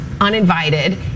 uninvited